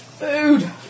Food